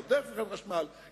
עובדי חברת חשמל,